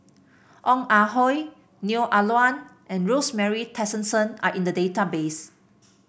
Ong Ah Hoi Neo Ah Luan and Rosemary Tessensohn are in the database